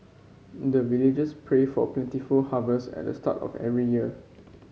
the villagers pray for plentiful harvest at the start of every year